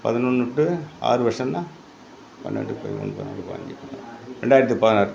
பதினொன்று டூ ஆறு வருஷம்னா பன்னெண்டு பதிமூணு பதினாலு பாதின்ஞ்சி ரெண்டாயிரத்தி பதினாறு